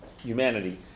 humanity